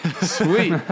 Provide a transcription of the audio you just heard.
sweet